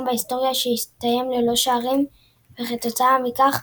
בהיסטוריה שהסתיים ללא שערים וכתוצאה מכך,